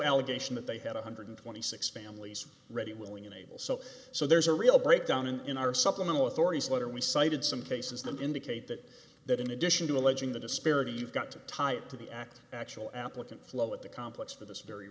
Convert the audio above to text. allegation that they had one hundred twenty six families ready willing and able so so there's a real breakdown in our supplemental authorities what are we cited some cases them indicate that that in addition to alleging the disparity you've got to tie it to the act actual applicant flow at the complex for this very